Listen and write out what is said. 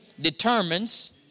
determines